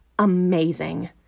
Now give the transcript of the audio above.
amazing